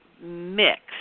mix